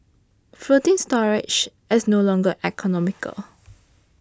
floating storage is no longer economical